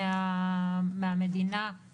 היא מגישה לי תוכנית עבודה,